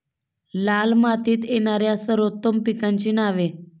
लाल मातीत येणाऱ्या सर्वोत्तम पिकांची नावे?